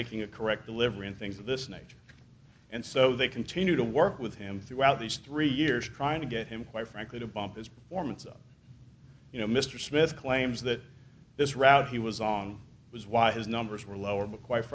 making a correct delivery and things of this nature and so they continue to work with him throughout these three years trying to get him quite frankly to bump its performance up you know mr smith claims that this route he was on was why his numbers were lower but quite